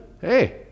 hey